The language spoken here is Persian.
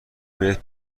بهت